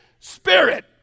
Spirit